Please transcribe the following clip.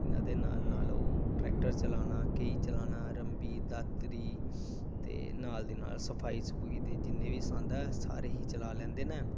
ਇਹਨਾਂ ਦੇ ਨਾਲ ਨਾਲ ਉਹ ਟਰੈਕਟਰ ਚਲਾਉਣਾ ਕਹੀ ਚਲਾਉਣਾ ਰੰਬੀ ਦਾਤਰੀ ਅਤੇ ਨਾਲ ਦੀ ਨਾਲ ਸਫਾਈ ਸਫੂਈ ਦੇ ਜਿੰਨੇ ਵੀ ਸੰਦ ਹੈ ਸਾਰੇ ਹੀ ਚਲਾ ਲੈਂਦੇ ਨੇ